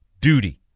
duty